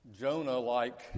Jonah-like